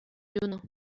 juno